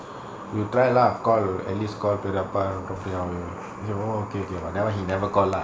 you try lah call at least call பெரியப்பா:periyappa and talk to all oh okay okay whatever he never call lah